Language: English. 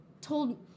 told